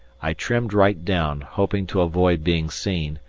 i trimmed right down, hoping to avoid being seen,